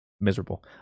miserable